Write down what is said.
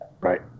Right